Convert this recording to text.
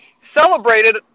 Celebrated